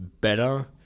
better